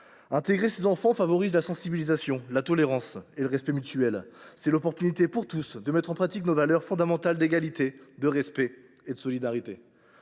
Intégrer ces enfants favorise la sensibilisation, la tolérance et le respect mutuel : c’est l’occasion pour tous de mettre en pratique nos valeurs fondamentales d’égalité, de respect et de solidarité.